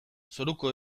zoruko